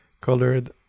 colored